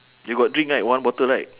you got drink right one bottle right